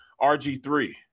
RG3